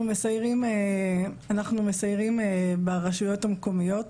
אנחנו מסיירים ברשויות המקומיות.